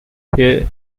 here